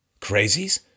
Crazies